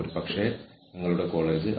risk എടുക്കാനുള്ള കഴിവും ഓറിയന്റേഷനും